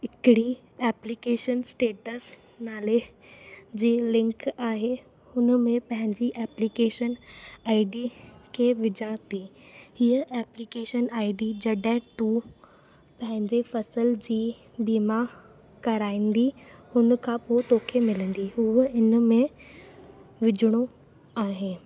हिकिड़ी application status नाले जी लिंक आहे हुनमें पंहिंजी एप्लीकेशन आई डी खे विझा थी हीअ एप्लीकेशन आई डी जॾहिं तू पंहिंजे फसल जी बीमा कराईंदी हुनखां पोइ तोखे मिलंदी हूअ इनमें विझिणो आहे